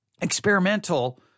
experimental